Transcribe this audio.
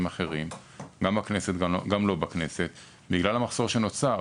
אחרים גם בכנסת וגם לא בכנסת בגלל המחסור שנוצר.